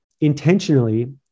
intentionally